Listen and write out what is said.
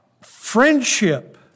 friendship